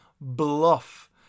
bluff